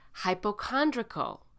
hypochondrical